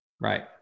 Right